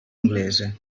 inglese